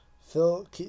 Phil